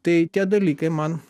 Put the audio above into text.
tai tie dalykai man